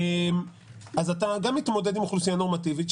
אז אתה מתמודד עם אוכלוסייה נורמטיבית,